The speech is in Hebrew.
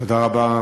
אייכלר.